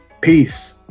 Peace